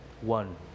One